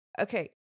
Okay